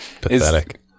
Pathetic